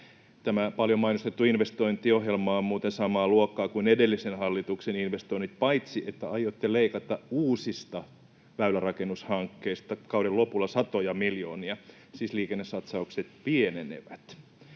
Tämä paljon mainostettu investointiohjelma on muuten samaa luokkaa kuin edellisen hallituksen investoinnit, paitsi että aiotte leikata uusista väylärakennushankkeista kauden lopulla satoja miljoonia: siis liikennesatsaukset pienenevät.